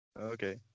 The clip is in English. Okay